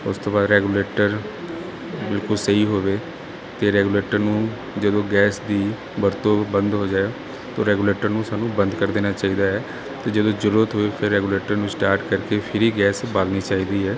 ਉਸ ਤੋਂ ਬਾਅਦ ਰੈਗੂਲੇਟਰ ਬਿਲਕੁਲ ਸਹੀ ਹੋਵੇ ਤੇ ਰੈਗੂਲੇਟਰ ਨੂੰ ਜਦੋਂ ਗੈਸ ਦੀ ਵਰਤੋਂ ਬੰਦ ਹੋ ਜਾਏ ਤੋ ਰੈਗੂਲੇਟਰ ਨੂੰ ਸਾਨੂੰ ਬੰਦ ਕਰ ਦੇਣਾ ਚਾਹੀਦਾ ਹੈ ਤੇ ਜਦੋਂ ਜਰੂਰਤ ਹੋਵੇ ਫਿਰ ਰੈਗੂਲੇਟਰ ਨੂੰ ਸਟਾਰਟ ਕਰਕੇ ਫਿਰ ਹੀ ਗੈਸ ਬਾਲਣੀ ਚਾਹੀਦੀ ਹੈ